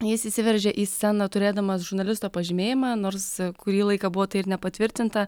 jis įsiveržė į sceną turėdamas žurnalisto pažymėjimą nors kurį laiką buvo tai ir nepatvirtinta